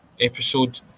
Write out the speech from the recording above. episode